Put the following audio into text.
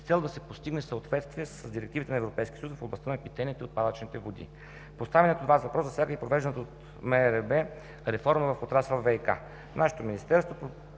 с цел да се постигне съответствие с директивите на Европейския съюз в областта на питейните и отпадъчните води. Поставеният от Вас въпрос засяга и провежданата от Министерството на